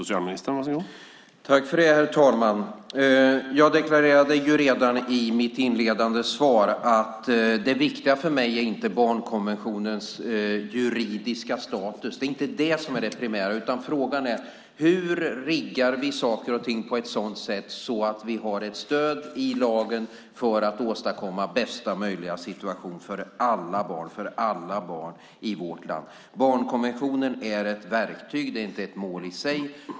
Herr talman! Jag deklarerade ju redan i mitt inledande svar att det viktiga för mig inte är barnkonventionens juridiska status. Det är inte det som är det primära, utan frågan är: Hur riggar vi saker och ting på ett sådant sätt att vi har ett stöd i lagen för att åstadkomma bästa möjliga situation för alla barn i vårt land? Barnkonventionen är ett verktyg. Den är inte ett mål i sig.